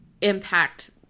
Impact